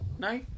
No